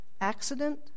Accident